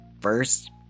first